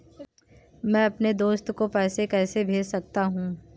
मैं अपने दोस्त को पैसे कैसे भेज सकता हूँ?